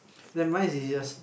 then mine is easiest